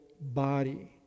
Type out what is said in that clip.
body